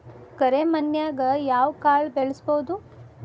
ಕರೆ ಮಣ್ಣನ್ಯಾಗ್ ಯಾವ ಕಾಳ ಬೆಳ್ಸಬೋದು?